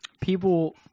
people